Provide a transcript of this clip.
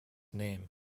name